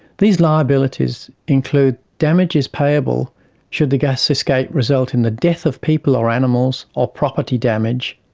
these liabilities include damages payable should the gas escape result in the death of people or animals or property damage,